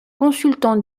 consultant